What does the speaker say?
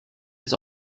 its